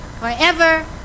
forever